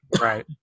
Right